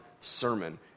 sermon